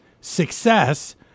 success